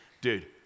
dude